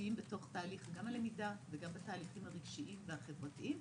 מהותיים גם בתהליך הלמידה וגם בתהליכים הרגשיים והחברתיים,